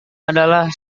adalah